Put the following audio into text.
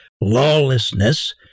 lawlessness